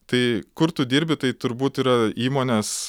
tai kur tu dirbi tai turbūt yra įmonės